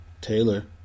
Taylor